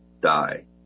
die